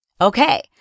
Okay